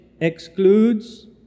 excludes